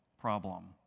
problem